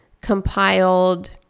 compiled